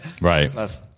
right